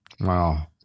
Wow